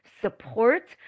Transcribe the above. support